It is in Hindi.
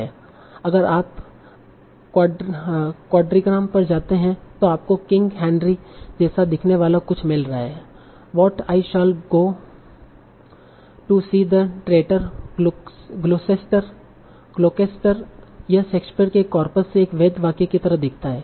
और अगर आप क्वाड्रिग्राम पर जाते हैं तो आपको किंग हेनरी जैसा दिखने वाला कुछ मिल रहा है what I shall go see the traitor Gloucester यह शेक्सपियर के कॉर्पस से एक वैध वाक्य की तरह दिखता है